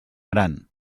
gran